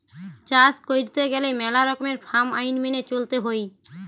চাষ কইরতে গেলে মেলা রকমের ফার্ম আইন মেনে চলতে হৈ